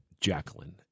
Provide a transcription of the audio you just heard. Jacqueline